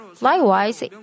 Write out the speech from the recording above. Likewise